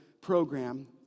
program